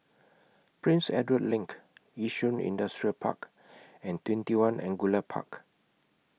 Prince Edward LINK Yishun Industrial Park and TwentyOne Angullia Park